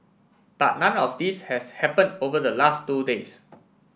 but none of this has happened over the last two days